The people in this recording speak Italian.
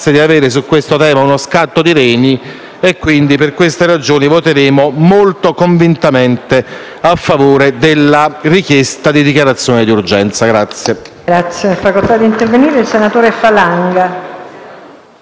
di reni. Per queste ragioni, voteremo molto convintamente a favore della richiesta di dichiarazione d'urgenza al